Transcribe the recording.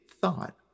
thought